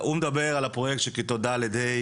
הוא מדבר על הפרוייקט של כיתות ד'-ה',